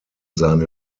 seine